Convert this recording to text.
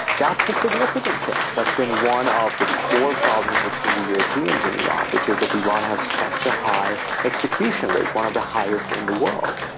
that's a significant change. that's been one of the core problems between the europeans in iran, which is that iran has such a high execution rate, one of the highest in the world,